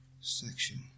section